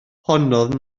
honnodd